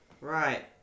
Right